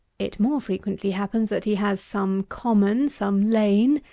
it more frequently happens, that he has some common, some lane,